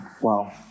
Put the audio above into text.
Wow